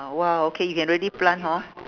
!wah! okay you can really plant hor